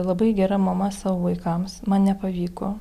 labai gera mama savo vaikams man nepavyko